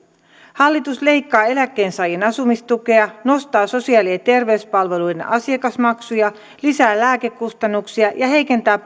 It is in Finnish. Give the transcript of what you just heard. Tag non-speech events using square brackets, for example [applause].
hallitus leikkaa eläkkeensaajien asumistukea nostaa sosiaali ja terveyspalveluiden asiakasmaksuja lisää lääkekustannuksia ja heikentää [unintelligible]